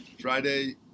Friday